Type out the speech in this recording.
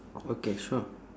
okay sure